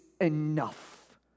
enough